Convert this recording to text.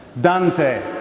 Dante